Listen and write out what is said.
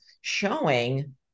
showing